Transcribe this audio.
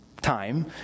time